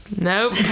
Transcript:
Nope